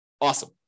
Awesome